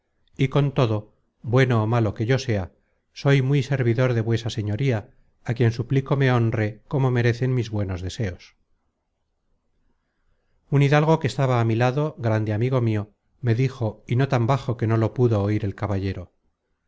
y con todo bueno content from google book search generated at ó malo que yo sea soy muy servidor de vuesa señoría á quien suplico me honre como merecen mis buenos deseos un hidalgo que estaba á mi lado grande amigo mio me dijo y no tan bajo que no lo pudo oir el caballero